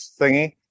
thingy